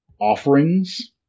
offerings